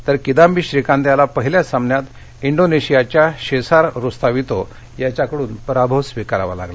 तर किदंबी श्रीकांत याला पहिल्याच सामन्यात डोनेशियाच्या शेसार रुस्तावितो याच्याकडून पराभव पत्करावा लागला